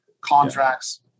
contracts